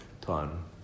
time